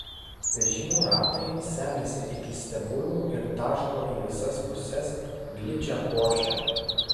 vežimų ratai semiasi iki stebulių ir taško į visas puses gličią košę